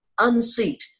unseat